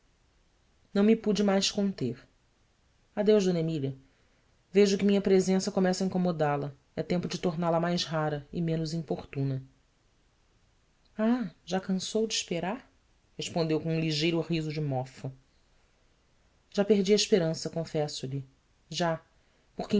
não me pude mais conter deus mília ejo que minha presença começa a incomodá la é tempo de torná la mais rara e menos